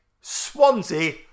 Swansea